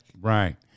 right